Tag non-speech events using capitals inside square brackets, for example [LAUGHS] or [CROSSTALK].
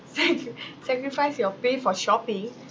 sac~ [LAUGHS] sacrifice your pay for shopping